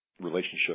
relationship